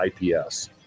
IPS